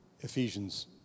Ephesians